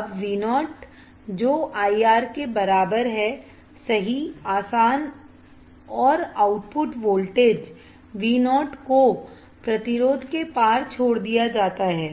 अब Vo IR सही आसान और आउटपुट वोल्टेज Vo को प्रतिरोध के पार छोड़ दिया जाता है